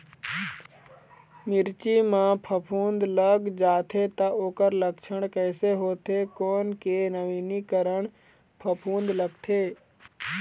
मिर्ची मा फफूंद लग जाथे ता ओकर लक्षण कैसे होथे, कोन के नवीनीकरण फफूंद लगथे?